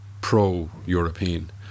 pro-European